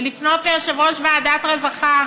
ולפנות ליושב-ראש ועדת הרווחה